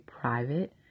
private